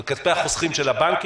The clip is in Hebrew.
אלה כספי החוסכים של הבנקים.